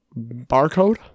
Barcode